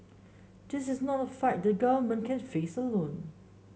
this is not a fight the government can face alone